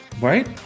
right